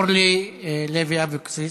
אורלי לוי אבקסיס.